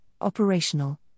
operational